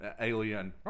alien